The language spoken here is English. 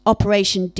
Operation